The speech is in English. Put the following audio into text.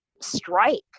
strike